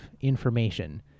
information